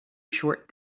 short